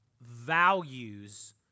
values